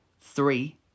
Three